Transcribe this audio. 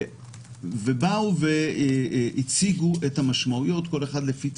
והם באו והציגו את המשמעויות של